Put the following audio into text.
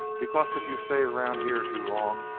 because if you stay around here too long,